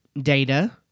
data